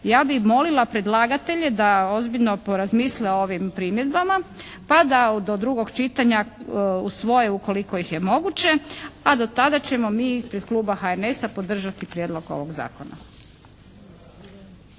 Ja bih molila predlagatelje da ozbiljno porazmisle o ovim primjedbama pa da do drugog čitanja usvoje ukoliko ih je moguće a do tada ćemo mi ispred kluba HNS-a podržati prijedlog ovog zakona.